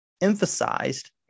emphasized